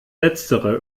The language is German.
letztere